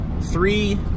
Three